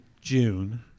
june